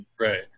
right